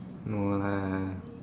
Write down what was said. no lah